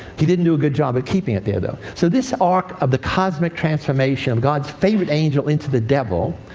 he didn't do good job of keeping it there though. so, this arc of the cosmic transformation of god's favorite angel into the devil,